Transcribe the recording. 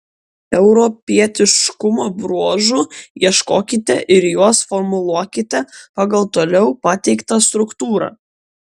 europietiškumo bruožų ieškokite ir juos formuluokite pagal toliau pateiktą struktūrą